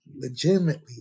legitimately